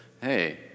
hey